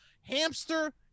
Hamster